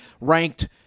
ranked